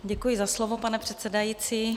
Děkuji za slovo, pane předsedající.